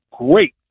Great